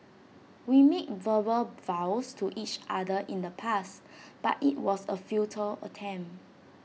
we made verbal vows to each other in the past but IT was A futile attempt